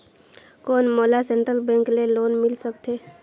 कौन मोला central bank ले लोन मिल सकथे?